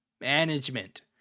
management